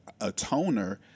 atoner